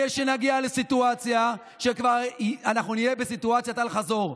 שנגיע לסיטואציה שבה כבר אנחנו נהיה בסיטואציית אל-חזור,